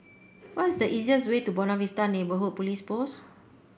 what is the easiest way to Buona Vista Neighbourhood Police Post